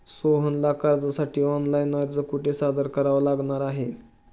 सोहनला कर्जासाठी ऑनलाइन अर्ज कुठे सादर करावा लागणार आहे?